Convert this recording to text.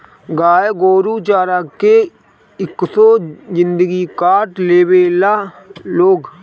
गाय गोरु चारा के कइसो जिन्दगी काट लेवे ला लोग